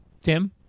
Tim